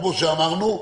כמו שאמרנו,